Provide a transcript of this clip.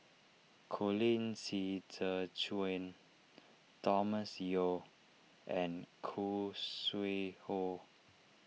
Colin Qi Zhe Quan Thomas Yeo and Khoo Sui Hoe